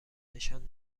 نشان